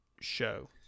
show